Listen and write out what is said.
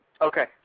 okay